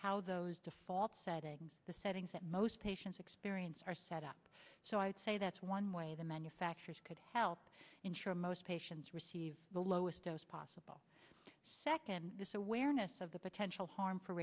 how those default settings the settings that most patients experience are set up so i'd say that's one way the manufacturers could help ensure most patients receive the lowest dose possible second this awareness of the potential harm for